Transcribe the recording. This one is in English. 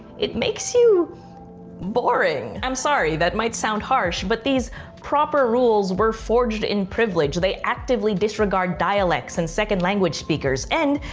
it makes you boring. i'm sorry, that might sound harsh, but these proper rules were forged in privilege. they actively disregard dialects and second language speakers. and,